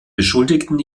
beschuldigten